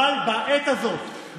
אבל בעת הזאת,